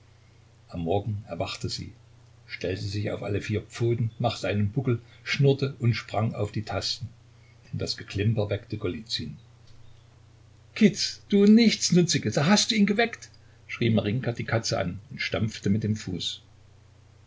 am morgen erwachte sie stellte sich auf alle vier pfoten machte einen buckel schnurrte und sprang auf die tasten und das geklimper weckte golizyn kitz du nichtsnutzige da hast du ihn geweckt schrie marinjka die katze an und stampfte mit dem fuß